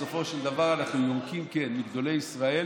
בסופו של דבר אנחנו יונקים מגדולי ישראל